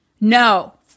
no